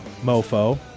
mofo